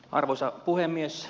arvoisa puhemies